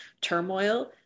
turmoil